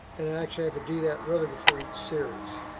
and i actually have to do that really before each series.